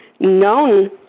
known